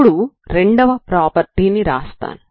ఇప్పుడు రెండవ ప్రాపర్టీ ని రాస్తాను